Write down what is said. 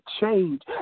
change